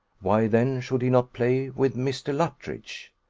why, then, should he not play with mr. luttridge?